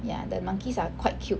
ya the monkeys are quite cute